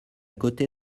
côté